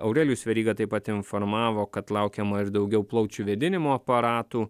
aurelijus veryga taip pat informavo kad laukiama ir daugiau plaučių vėdinimo aparatų